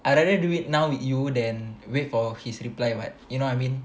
I rather do it now with you then wait for his reply what you know what I mean